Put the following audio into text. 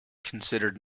considered